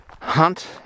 hunt